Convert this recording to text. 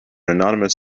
anonymous